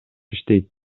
иштейт